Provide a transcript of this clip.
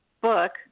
book